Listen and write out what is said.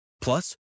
Plus